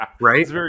right